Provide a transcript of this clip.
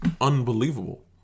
unbelievable